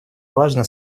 важно